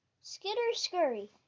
Skitter-scurry